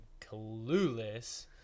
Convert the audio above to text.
clueless